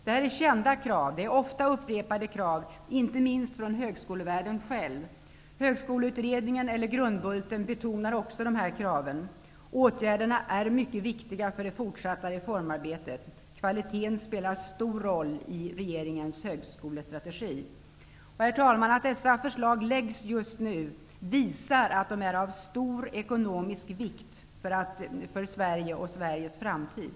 Detta är kända och ofta upprepade krav, inte minst från högskolevärlden själv. Högskoleutredningen, eller Grundbulten, betonar också dessa krav. Åtgärderna är mycket viktiga för det fortsatta reformarbetet. Kvaliten spelar stor roll i regeringens högskolestrategi. Herr talman! Att dessa förslag läggs just nu visar att de är av stor ekonomisk vikt för Sverige och Sveriges framtid.